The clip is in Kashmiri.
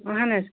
اَہن حظ